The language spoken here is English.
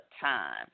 time